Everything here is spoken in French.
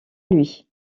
lui